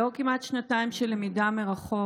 אחרי כמעט שנתיים של למידה מרחוק,